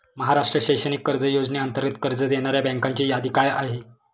महाराष्ट्र शैक्षणिक कर्ज योजनेअंतर्गत कर्ज देणाऱ्या बँकांची यादी काय आहे?